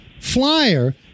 Flyer